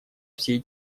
всей